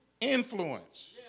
Influence